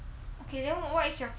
okay then what is your favourite